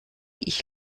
ich